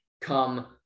come